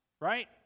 right